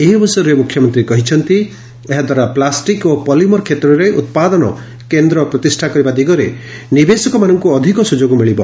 ଏହି ଅବସରରେ ମୁଖ୍ୟମନ୍ତୀ କହିଛନ୍ତି ଏହାଦ୍ୱାରା ପ୍ପାଷ୍ଟିକ୍ ଓ ପଲିମର କ୍ଷେତ୍ରରେ ଉପାଦନ କେନ୍ଦ ପ୍ରତିଷା କରିବା ଦିଗରେ ନିବେଶକମାନଙ୍କ ଅଧିକ ସ୍ରଯୋଗ ମିଳିବ